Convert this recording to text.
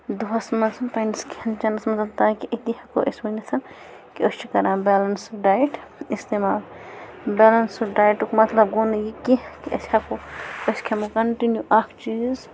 دۄہَس منٛز پَنٕنِس کھی۪ن چٮ۪نَس منٛز تاکہِ أتی ہیٚکو أسۍ ؤنِتھ کہِ أسۍ چھِ کَران بیلَنسٕڈ ڈایِٹ اِستعمال بیلَنسٕڈ ڈایِٹُک مطلب گوٚو نہٕ یہِ کیٚنٛہہ کہِ أسۍ ہیٚکو أسۍ کھیٚمو کَنٹِنیوٗ اَکھ چیٖز